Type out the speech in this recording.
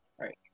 Right